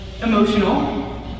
emotional